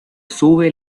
sube